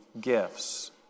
gifts